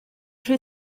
rhy